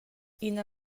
ina